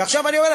עכשיו אני אומר,